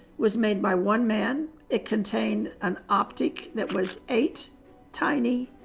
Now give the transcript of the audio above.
was made by one man. it contained an optic that was eight tiny,